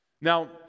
Now